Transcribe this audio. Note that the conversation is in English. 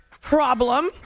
problem